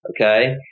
Okay